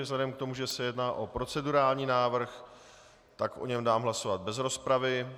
Vzhledem k tomu, že se jedná o procedurální návrh, tak o něm dám hlasovat bez rozpravy.